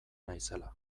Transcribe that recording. naizela